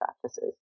practices